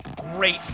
great